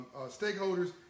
stakeholders